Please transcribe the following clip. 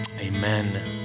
Amen